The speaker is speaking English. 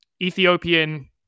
Ethiopian